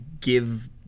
give –